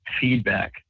feedback